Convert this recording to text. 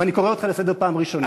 אני קורא אותך לסדר פעם ראשונה.